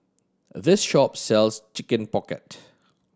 this shop sells Chicken Pocket